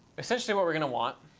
essentially what we're going to want,